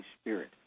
Spirit